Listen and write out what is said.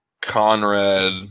conrad